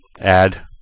add